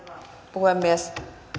puhemies